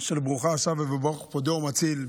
של ברוכה השבה וברוך פודה ומציל,